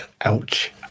Ouch